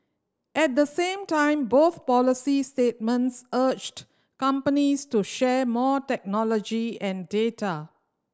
at the same time both policies statements urged companies to share more technology and data